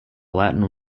latin